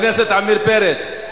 חבר הכנסת עמיר פרץ,